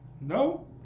No